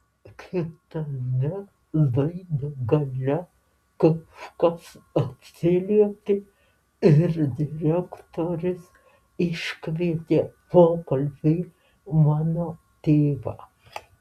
kitame laido gale kažkas atsiliepė ir direktorius iškvietė pokalbiui mano tėvą